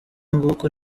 nguko